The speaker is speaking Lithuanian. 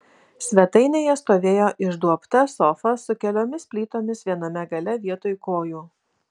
svetainėje stovėjo išduobta sofa su keliomis plytomis viename gale vietoj kojų